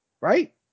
right